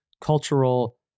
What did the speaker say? cultural